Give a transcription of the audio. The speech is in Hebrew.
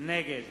נגד